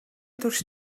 турш